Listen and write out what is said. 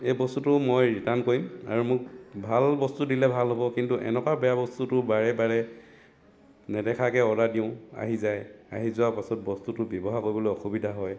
এই বস্তুটো মই ৰিটাৰ্ণ কৰিম আৰু মোক ভাল বস্তু দিলে ভাল হ'ব কিন্তু এনেকুৱা বেয়া বস্তুটো বাৰে বাৰে নেদেখাকৈ অৰ্ডাৰ দিওঁ আহি যায় আহি যোৱাৰ পাছত বস্তুটো ব্যৱহাৰ কৰিবলৈ অসুবিধা হয়